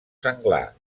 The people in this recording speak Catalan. senglar